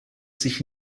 sich